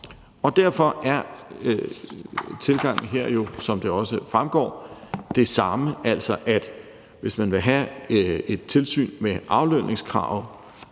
Derfor er tilgangen her jo, som det også fremgår, den samme, altså at hvis man vil have et tilsyn med aflønningskravet,